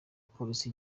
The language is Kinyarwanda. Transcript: polisi